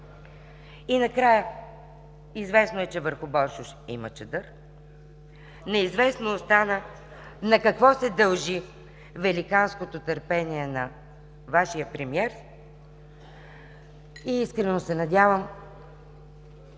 И накрая, известно е, че върху Боршош има чадър, неизвестно остана на какво се дължи великанското търпение на Вашия премиер? Искрено се надявам,